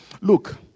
Look